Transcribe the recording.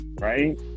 right